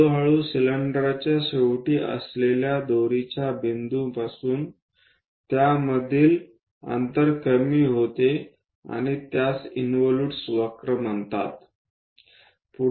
हळूहळू सिलेंडरच्या शेवटी असलेल्या दोरीच्या बिंदूपासून त्यामधील अंतर कमी होते आणि त्यास इन्व्हॉलूट्स वक्र म्हणतात